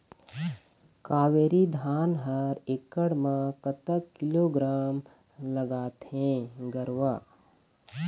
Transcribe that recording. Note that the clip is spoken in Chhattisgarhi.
कावेरी धान हर एकड़ म कतक किलोग्राम लगाथें गरवा?